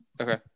Okay